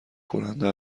کننده